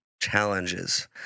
challenges